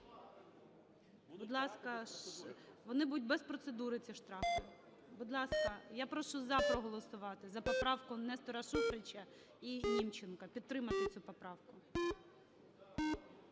Будь ласка. Вони будуть без процедури, ці штрафи. Будь ласка, я прошу "за" проголосувати, за поправку Нестора Шуфрича і Німченка. Підтримайте цю поправку.